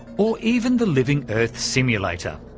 or even the living earth simulator.